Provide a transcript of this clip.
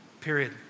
Period